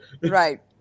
Right